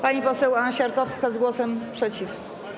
Pani poseł Anna Siarkowska z głosem przeciw.